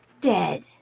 dead